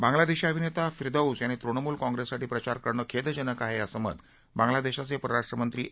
बांगलादेशी अभिनेता फिरदौस याने तृणमूल काँप्रिससाठी प्रचार करणे खेदजनक आहे असं मत बांगलादेशचे परराष्ट्रमंत्री ए